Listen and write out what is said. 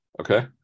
Okay